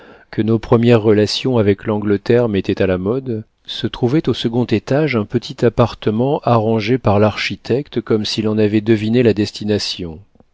que nos premières relations avec l'angleterre mettaient à la mode se trouvait au second étage un petit appartement arrangé par l'architecte comme s'il en avait deviné la destination